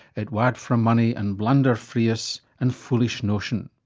it wad fra monie and blunder free us an foolish notion.